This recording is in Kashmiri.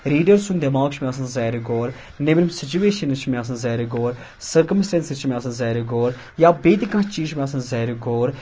ریٖڈر سُنٛد دٮ۪ماغ چھُ مےٚ آسَان زارِ غور نٮ۪برِم سُچویشَنٕز چھِ مےٚ آسان زارِ غور سٔرکم سِٹینسٕز چھِ مےٚ آسان زارِ غور یا بیٚیہِ تہِ کانٛہہ چیٖز چھِ مےٚ آسان زارِ غور